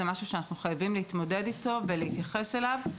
זה משהו שאנחנו חייבים להתמודד איתו ולהתייחס אליו.